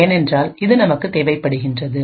ஏனென்றால் இது நமக்கு தேவைப்படுகின்றது